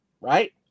Right